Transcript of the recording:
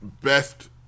best